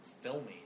filming